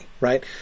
right